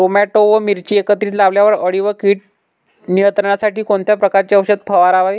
Tomato व मिरची एकत्रित लावल्यावर अळी व कीड नियंत्रणासाठी कोणत्या प्रकारचे औषध फवारावे?